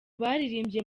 baririmbye